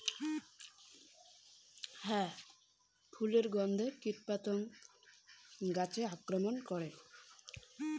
ফুলের গণ্ধে কীটপতঙ্গ গাছে আক্রমণ করে?